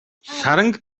саранг